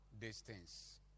distance